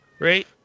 Right